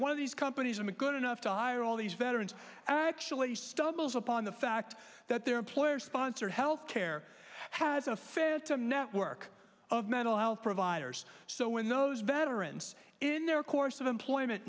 one of these companies i'm a good enough to hire all these veterans actually stumbles upon the fact that their employer sponsored health care has a phantom network of mental health providers so when those veterans in their course of employment